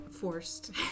forced